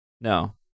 No